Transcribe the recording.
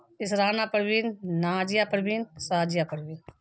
اسرانہ Parveen Nazia Parveen Shazia Parveen